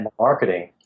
marketing